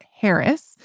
Harris